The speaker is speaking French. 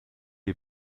les